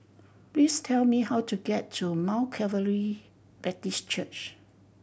please tell me how to get to Mount Calvary Baptist Church